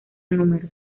números